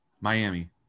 Miami